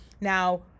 now